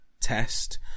test